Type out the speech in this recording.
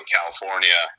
California